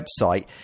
website